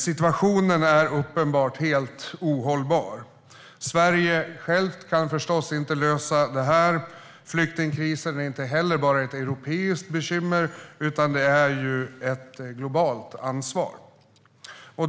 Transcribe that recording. Situationen är uppenbarligen helt ohållbar. Sverige självt kan förstås inte lösa flyktingkrisen, och den är heller inte bara ett europeiskt bekymmer utan ett globalt ansvar.